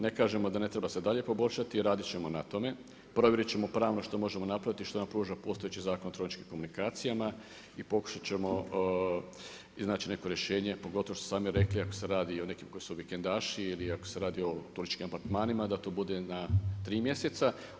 Ne kažemo da se ne treba dalje poboljšati radit ćemo na tome, provjerit ćemo pravno što možemo napraviti i što nam pruža postojeći Zakon o elektroničkim komunikacijama i pokušat ćemo iznaći neko rješenje pogotovo što ste sami rekli ako se radi o nekima koji su vikendaši ili ako se radi o turističkim apartmanima da to bude na tri mjeseca.